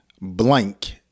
blank